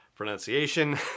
Pronunciation